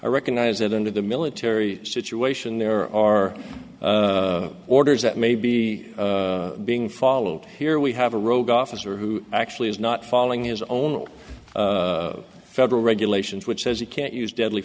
i recognize that under the military situation there are orders that may be being followed here we have a rogue officer who actually is not following his own federal regulations which says you can't use deadly